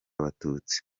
abatutsi